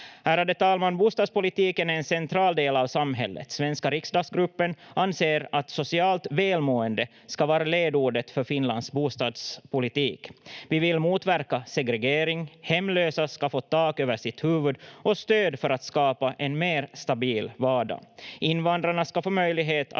Ärade talman! Bostadspolitiken är en central del av samhället. Svenska riksdagsgruppen anser att socialt välmående ska vara ledordet för Finlands bostadspolitik. Vi vill motverka segregering. Hemlösa ska få tak över sitt huvud och stöd för att skapa en mer stabil vardag. Invandrare ska få möjlighet